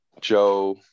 Joe